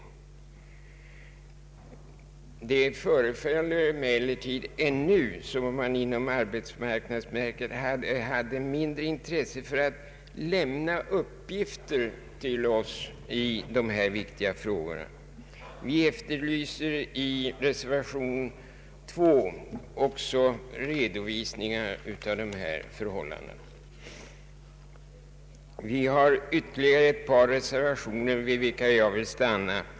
Det förefaller mig dock som om man inom arbetsmarknadsverket fortfarande hade mindre intresse för att lämna uppgifter till oss i dessa viktiga frågor. I reservation 2 efterlyser vi också redovisningar av dessa förhållanden. Vi har avgivit ytterligare ett par reservationer, vid vilka jag vill stanna.